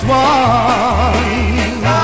one